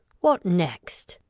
what next?